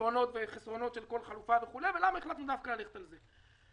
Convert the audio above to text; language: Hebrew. יתרונות וחסרונות של כל חלופה ולמה החלטנו דווקא ללכת על זה.